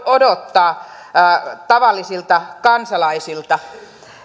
odottaa tavallisilta kansalaisilta